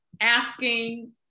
asking